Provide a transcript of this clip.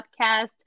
PODCAST